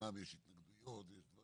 ואמנם יש התנגדויות וכולי אבל